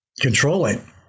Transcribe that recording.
controlling